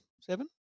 Seven